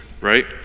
right